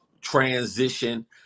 transition